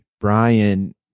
Brian